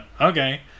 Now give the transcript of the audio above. okay